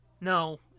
No